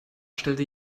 stellte